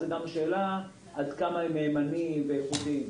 אלא גם שאלה עד כמה הם מהימנים ואיכותיים.